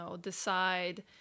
decide